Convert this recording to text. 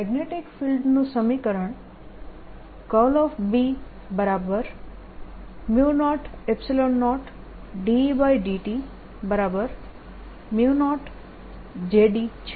magnetic ફિલ્ડનું સમીકરણ B00Et0 JD છે